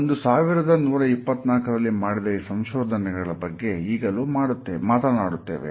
ಒಂದು ಸಾವಿರದ ನೂರಾ ಇಪ್ಪತ್ತು ನಾಲ್ಕುರಲ್ಲಿ ಮಾಡಿದ ಈ ಸಂಶೋಧನೆಗಳ ಬಗ್ಗೆ ಈಗಲೂ ಮಾತನಾಡುತ್ತೇವೆ